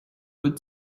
would